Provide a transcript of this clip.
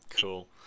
cool